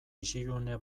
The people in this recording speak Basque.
isilune